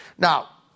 Now